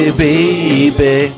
baby